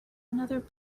another